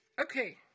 Okay